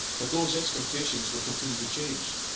that those expectations will continue to change.